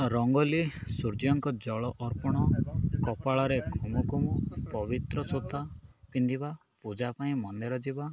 ରଙ୍ଗୋଲି ସୂର୍ଯ୍ୟଙ୍କ ଜଳ ଅର୍ପଣ କପାଳରେ କୁମୁକୁମ ପବିତ୍ର ସୁତା ପିନ୍ଧିବା ପୂଜା ପାଇଁ ମନ୍ଦିର ଯିବା